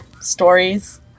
stories